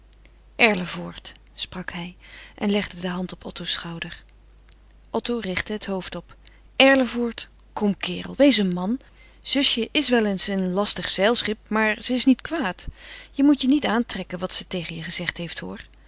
erlevoort sprak hij en legde de hand op otto's schouder otto richtte het hoofd op erlevoort kom kerel wees een man zusje is wel eens een lastig zeilschip maar ze is niet kwaad je moet je niet aantrekken wat ze tegen je gezegd heeft hoor